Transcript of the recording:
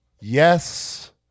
Yes